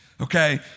Okay